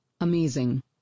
Amazing